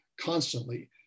constantly